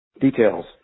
Details